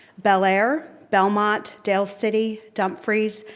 bel air, belmont, dale city, dumfries,